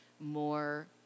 more